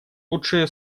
лучше